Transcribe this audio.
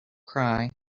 cry